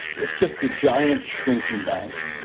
it's just a giant shrinking bank. i